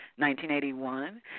1981